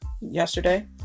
yesterday